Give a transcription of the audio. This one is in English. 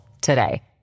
today